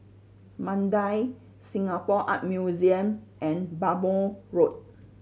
Mandai Singapore Art Museum and Bhamo Road